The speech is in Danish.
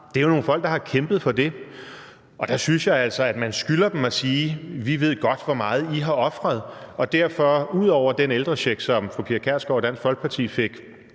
Det er jo nogle folk, der har kæmpet for det. Der synes jeg altså, at man skylder dem at sige, at vi godt ved, hvor meget I har ofret. Ud over den ældrecheck, som fru Pia Kjærsgaard og Dansk Folkeparti fik